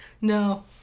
no